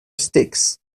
sticks